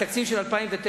התקציב של 2010-2009,